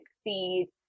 succeed